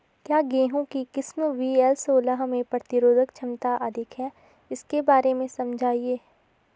क्या गेहूँ की किस्म वी.एल सोलह में प्रतिरोधक क्षमता अधिक है इसके बारे में समझाइये?